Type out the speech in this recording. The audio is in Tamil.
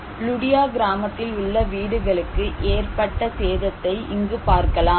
லுடியா கிராமத்தில் உள்ள வீடுகளுக்கு ஏற்பட்ட சேதத்தை இங்கு பார்க்கலாம்